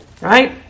right